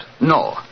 No